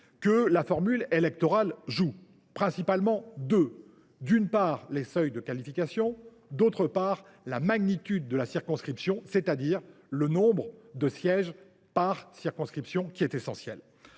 de la formule électorale jouent. Deux, principalement : d’une part, les seuils de qualification ; d’autre part, la magnitude de la circonscription, c’est à dire le nombre de sièges par circonscription, qui est un